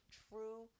true